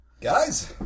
Guys